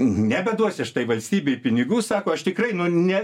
nebeduosiu aš tai valstybei pinigų sako aš tikrai ne